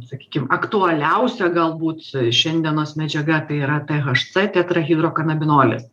sakykim aktualiausia galbūt šiandienos medžiaga tai yra tė haš cė tetrahidrokanabinolis